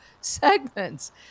segments